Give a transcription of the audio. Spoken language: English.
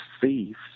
thieves